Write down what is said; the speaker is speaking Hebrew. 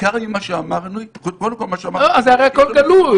הרי הכול גלוי.